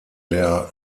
der